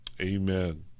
amen